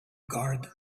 guard